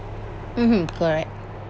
mmhmm correct